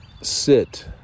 sit